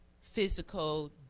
physical